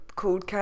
called